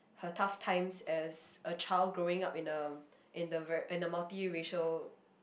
her tough times as a child growing up in a in the ver~ in a multiracial